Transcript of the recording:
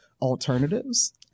alternatives